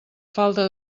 falta